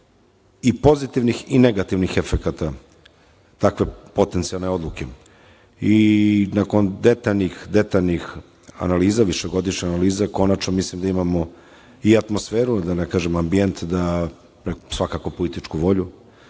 i pozitivnih i negativnih efekata, takve potencijalne odluke. Nakon detaljnih analiza i višegodišnjih analiza, konačno mislim da imamo i atmosferu, da ne kažem ambijent svakako političku volju,